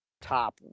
top